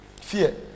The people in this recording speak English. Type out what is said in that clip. fear